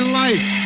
life